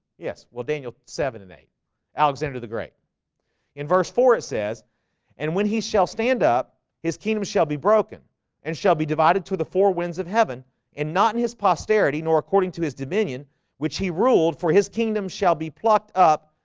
yes well daniel seven and eight alexander the great in verse four it says and when he shall stand up his kingdom shall be broken and shall be divided to the four winds of heaven and not in his posterity nor according to his dominion which he ruled for his kingdom shall be plucked up.